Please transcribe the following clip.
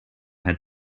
had